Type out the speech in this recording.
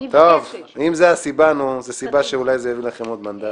אני יכול להגן על חיילי צה"ל שנטשו אותם בלב המערכה.